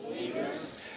Believers